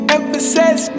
Emphasis